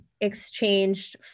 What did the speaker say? exchanged